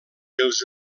els